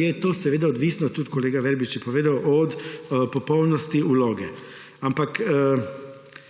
je to seveda odvisno – tudi kolega Verbič je povedal – od popolnosti vloge. Ampak,